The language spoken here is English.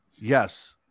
Yes